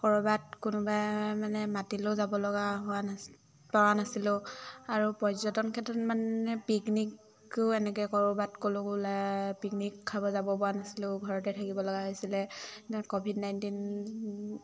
ক'ৰবাত কোনোবাই মানে মাতিলেও যাব লগা হোৱা নাছি পৰা নাছিলো আৰু পৰ্যটন ক্ষেত্ৰত মানে পিকনিকো এনেকৈ ক'ৰবাত ক'লেও ওলাই পিকনিক খাব যাব পৰা নাছিলো ঘৰতে থাকিব লগা হৈছিলে ক'ভিড নাইণ্টিন